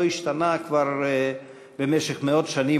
לא השתנה במשך מאות שנים,